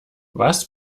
was